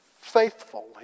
faithful